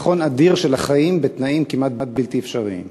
ניצחון אדיר של החיים בתנאים כמעט בלתי אפשריים.